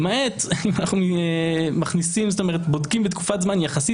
למעט אם אנחנו בודקים בתקופת זמן יחסית